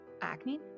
acne